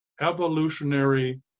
evolutionary